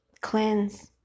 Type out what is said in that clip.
cleanse